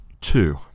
Two